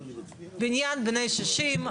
בניין בני 60,